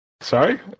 Sorry